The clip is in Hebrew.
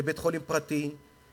לבית-חולים פרטי.